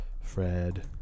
Fred